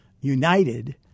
united